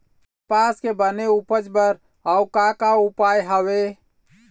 कपास के बने उपज बर अउ का का उपाय हवे?